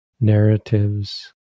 narratives